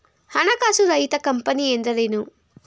ಹಣಕಾಸು ರಹಿತ ಕಂಪನಿ ಎಂದರೇನು?